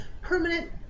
permanent